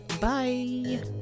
Bye